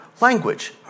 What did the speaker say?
language